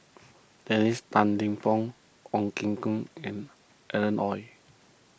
Dennis Tan Lip Fong Ong Ye Kung and Alan Oei